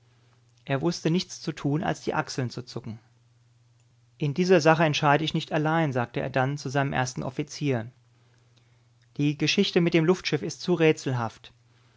er wußte nichts zu tun als die achseln zu zucken in dieser sache entscheide ich nicht allein sagte er dann zu seinem ersten offizier die geschichte mit dem luftschiff ist zu